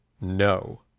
no